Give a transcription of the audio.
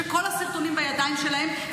שכל הסרטונים בידיים שלהם,